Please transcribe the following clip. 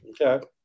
Okay